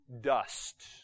dust